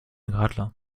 radler